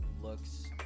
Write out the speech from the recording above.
looks